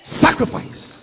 sacrifice